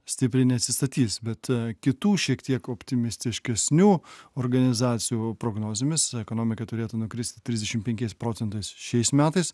stipriai neatsistatys bet kitų šiek tiek optimistiškesnių organizacijų prognozėmis ekonomika turėtų nukristi trisdešim penkiais procentais šiais metais